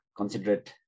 considerate